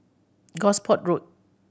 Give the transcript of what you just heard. Gosport Road